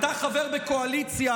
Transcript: אתה חבר בקואליציה